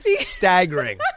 staggering